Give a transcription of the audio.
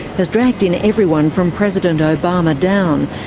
has dragged in everyone from president obama down,